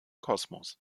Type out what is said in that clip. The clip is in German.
kosmos